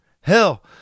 Hell